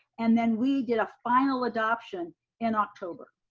and then we did a final adoption in october.